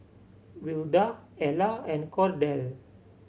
Wilda Ela and Kordell